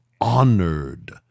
honored